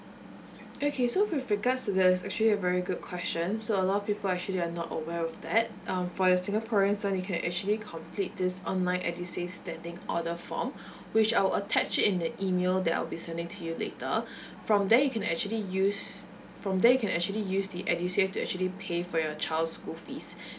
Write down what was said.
okay so with regards to that there's actually very good question so a lot of people actually are not aware of that um for your singaporeans son you can actually complete this online edusave standing order form which I'll attach it in the email that I'll be sending to you later from there you can actually use from there you can actually use the edusave to actually pay for your child school fees